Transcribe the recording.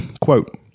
Quote